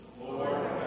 Lord